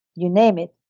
you name it.